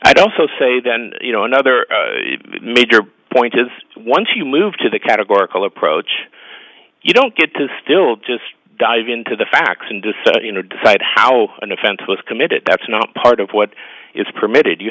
i'd also say that you know another major point is once you move to the categorical approach you don't get to still just dive into the facts and decide you know decide how an offense was committed that's not part of what is permitted you